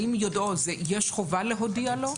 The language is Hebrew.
האם יודעו זה שיש חובה להודיע לו?